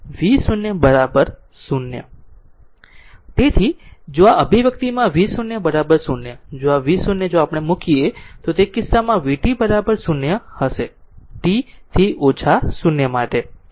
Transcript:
તેથી જો આ અભિવ્યક્તિમાં v0 0 જો v0 જો આપણે મૂકીએ તો તે કિસ્સામાં vt 0 હશે t થી ઓછા 0 માટે